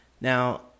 Now